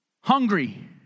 hungry